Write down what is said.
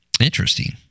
Interesting